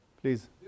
Please